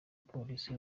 polisi